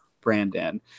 brandon